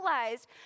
realized